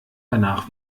danach